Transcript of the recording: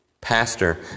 pastor